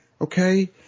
okay